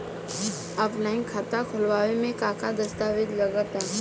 Offline खाता खुलावे म का का दस्तावेज लगा ता?